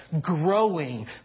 growing